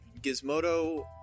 Gizmodo